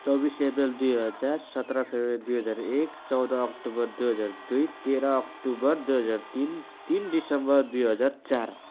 चौबिस अप्रेल दुई हजार सत्र फेब्रुअरी दुई हजार एक चौध अक्टोबर दुई हजार दुई तेह्र अक्टोबर दुई हजार तिन तिन दिसम्बर दुई हजार चार